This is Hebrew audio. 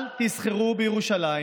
אל תסחרו בירושלים